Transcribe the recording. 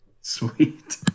Sweet